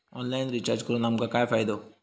Online recharge करून आमका काय फायदो?